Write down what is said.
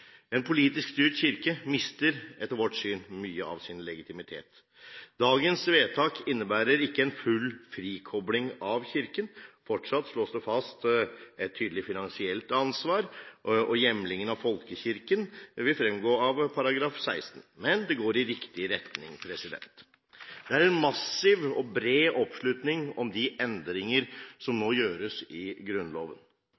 En politisk styrt kirke mister etter vårt syn mye av sin legitimitet. Dagens vedtak innebærer ikke en full frikobling av Kirken; fortsatt slås det fast et tydelig finansielt ansvar, og hjemlingen av folkekirken vil fremgå av § 16. Men det går i riktig retning. Det er en massiv og bred oppslutning om de endringer som